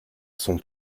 sont